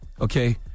Okay